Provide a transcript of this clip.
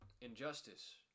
Injustice